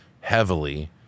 heavily